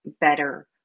better